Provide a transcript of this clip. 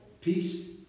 peace